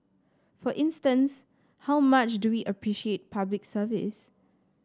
for instance how much do we appreciate Public Service